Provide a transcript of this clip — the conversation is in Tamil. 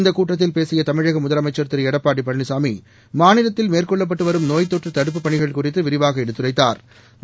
இந்த கூட்டத்தில் பேசிய தமிழக முதலமைச்சா் திரு எடப்பாடி பழனினாமி மாநிலத்தில் மேற்கொள்ளப்பட்டு வரும் நோய் தொற்று தடுப்புப் பணிகள் குறித்து விரிவாக எடுத்துரைத்தாா்